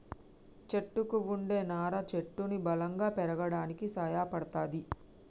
చెట్టుకు వుండే నారా చెట్టును బలంగా పెరగడానికి సాయపడ్తది